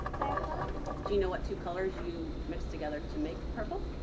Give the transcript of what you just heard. but do you know what two colors you mix together to make purple.